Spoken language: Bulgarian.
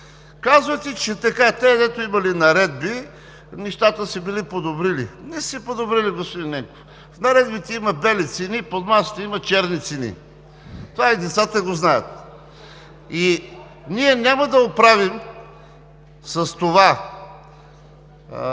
Казвате, че при тези, които имали наредби, нещата се били подобрили. Не са се подобрили, господин Ненков. В наредбите има бели цени, под масата има черни цени – това и децата го знаят. И ние няма да оправим с това